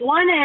One